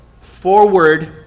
forward